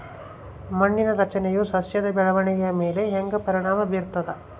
ಮಣ್ಣಿನ ರಚನೆಯು ಸಸ್ಯದ ಬೆಳವಣಿಗೆಯ ಮೇಲೆ ಹೆಂಗ ಪರಿಣಾಮ ಬೇರ್ತದ?